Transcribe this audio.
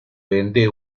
vende